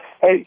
hey